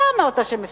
אתה אמרת שהם מסוכנים.